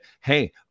Hey